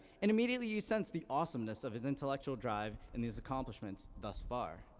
and immediately you sense the awesomeness of his intellectual drive and his accomplishments thus far.